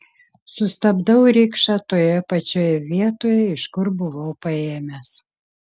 sustabdau rikšą toje pačioje vietoje iš kur buvau paėmęs